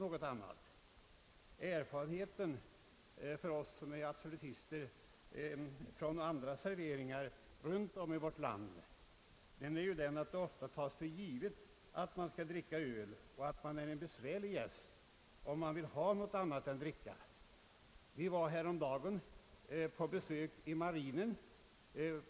Vi absolutister har den erfarenheten från serveringar runt om i vårt land, att det ofta tas för givet att man skall dricka öl och att man blir betraktad som en besvärlig gäst om man önskar någon annan dryck. Häromdagen gjorde ledamöter från riksdagen ett marinbesök.